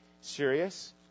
serious